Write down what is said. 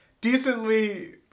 decently